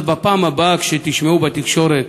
אז בפעם הבאה שתשמעו בתקשורת